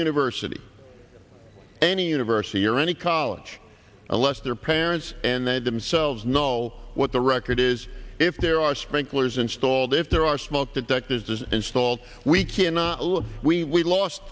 university any university or any college unless their parents and they themselves know what the record is if there are sprinklers installed if there are smoke detectors installed we cannot look we lost